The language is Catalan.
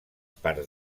parts